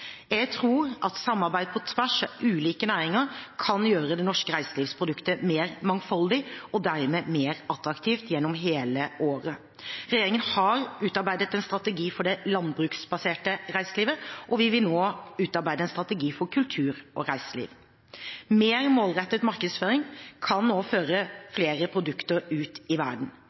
Jeg tror at samarbeid på tvers av ulike næringer kan gjøre det norske reiselivsproduktet mer mangfoldig og dermed mer attraktivt gjennom hele året. Regjeringen har utarbeidet en strategi for det landbruksbaserte reiselivet. Vi vil nå utarbeide en strategi for kultur og reiseliv. Mer målrettet markedsføring kan også føre flere produkter ut i verden.